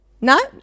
No